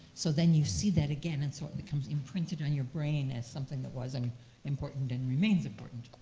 so then you see that again. it's what becomes imprinted on your brain as something that was um important and remains important.